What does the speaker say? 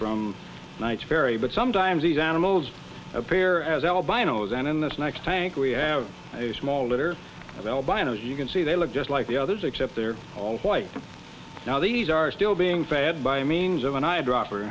from knight's ferry but sometimes these animals appear as albinos and in this next thank we have a small litter of albinos you can see they look just like the others except they're all white now these are still being fed by means of an eyedropper